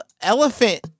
elephant